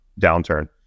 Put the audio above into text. downturn